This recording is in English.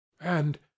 And